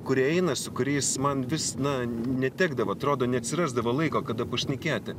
kurie eina su kuriais man vis na netekdavo atrodo neatsirasdavo laiko kada šnekėti